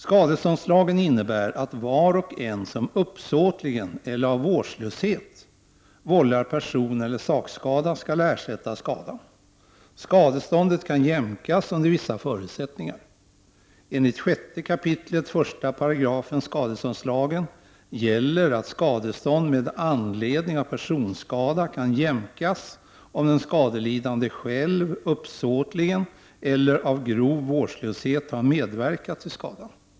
Skadeståndslagen innebär att var och en som uppsåtligen eller av vårdslöshet vållar personeller sakskada skall ersätta skadan. Skadeståndet kan jämkas under vissa förutsättningar. Enligt 6 kap. 1§ skadeståndslagen gäller att skadestånd med anledning av personskada kan jämkas om den skadelidande själv uppsåtligen eller av grov vårdslöshet har medverkat till skadan.